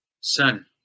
son